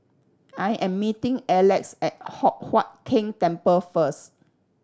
I am meeting Alex at Hock Huat Keng Temple first